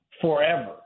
forever